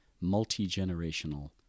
multi-generational